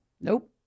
Nope